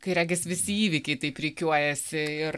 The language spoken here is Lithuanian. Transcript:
kai regis visi įvykiai taip rikiuojasi ir